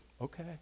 okay